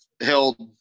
held